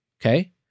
okay